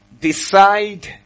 decide